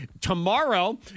tomorrow